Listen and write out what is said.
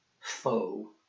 foe